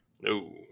No